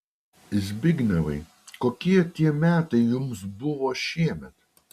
zbignevai kokie tie metai jums buvo šiemet